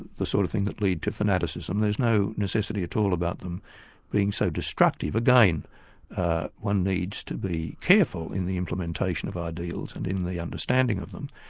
the sort of thing that lead to fanaticism, there's no necessity at all about them being so destructive. again one needs to be careful in the implementation of ideals and in the understanding of them,